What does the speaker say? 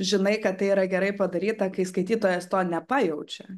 žinai kad tai yra gerai padaryta kai skaitytojas to nepajaučia